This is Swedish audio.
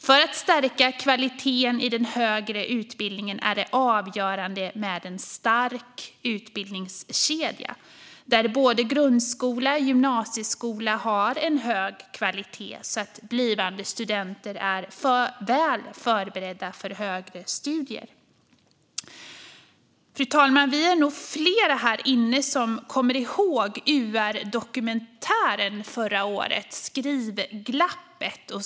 För att stärka kvaliteten i den högre utbildningen är det avgörande med en stark utbildningskedja där både grundskola och gymnasieskola har en hög kvalitet så att blivande studenter är väl förberedda för högre studier. Fru talman! Vi är nog flera här inne som kommer ihåg den UR-dokumentär från förra året som hette Skrivglappet .